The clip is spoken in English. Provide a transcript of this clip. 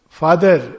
father